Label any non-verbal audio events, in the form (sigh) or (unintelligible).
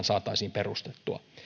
(unintelligible) saataisiin perustettua